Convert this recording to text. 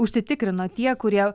užsitikrino tie kurie